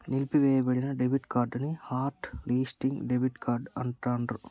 నిలిపివేయబడిన debit card ని hot listing debit card అంటాండ్రు